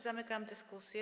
Zamykam dyskusję.